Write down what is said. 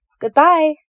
Goodbye